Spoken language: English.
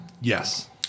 yes